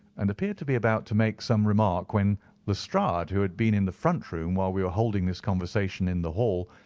and appeared to be about to make some remark, when lestrade, who had been in the front room while we were holding this conversation in the hall,